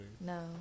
No